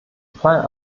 fall